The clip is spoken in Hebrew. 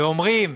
ואומרים